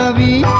ah the